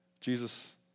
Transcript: Jesus